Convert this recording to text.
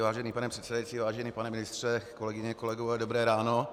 Vážený pane předsedající, vážený pane ministře, kolegyně, kolegové, dobré ráno.